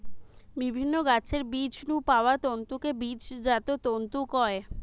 বিভিন্ন গাছের বীজ নু পাওয়া তন্তুকে বীজজাত তন্তু কয়